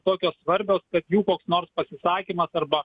tokios svarbios kad jų koks nors pasisakymas arba